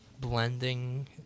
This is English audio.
blending